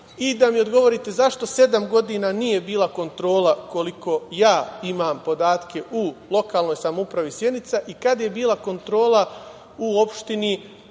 i da mi odgovorite zašto sedam godina nije bila kontrola, koliko ja imam podatke, u lokalnoj samoupravi Sjenica i kada je bila kontrola u opštini Tutin.